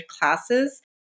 classes